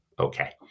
Okay